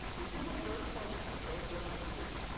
if you look very closely at those lesson plans,